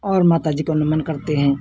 और माता जी को नमन करते हैं